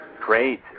Great